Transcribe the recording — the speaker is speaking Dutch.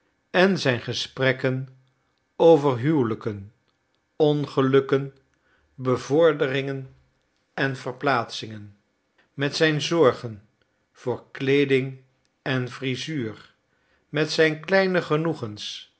en zijn gesprekken over huwelijken ongelukken bevorderingen en verplaatsingen met zijn zorgen voor kleeding en frisuur met zijn kleine genoegens